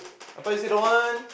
I thought you say don't want